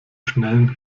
schnellen